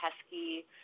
pesky